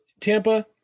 Tampa